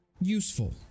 useful